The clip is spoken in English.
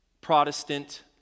Protestant